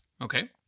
Okay